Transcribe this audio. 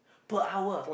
per hour